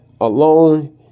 Alone